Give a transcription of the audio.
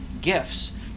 gifts